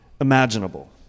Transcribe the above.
imaginable